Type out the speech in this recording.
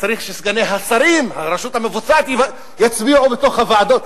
צריך שסגני השרים, הרשות המבצעת, יצביעו בוועדות.